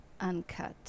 uncut